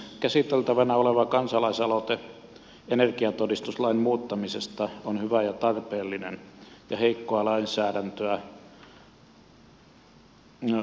käsiteltävänä oleva kansalaisaloite energiatodistuslain muuttamisesta on hyvä ja tarpeellinen ja heikkoa lainsäädäntöä on päästy korjaamaan